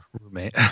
roommate